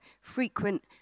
frequent